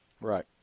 Right